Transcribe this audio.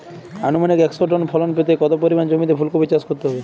আনুমানিক একশো টন ফলন পেতে কত পরিমাণ জমিতে ফুলকপির চাষ করতে হবে?